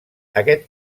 aquest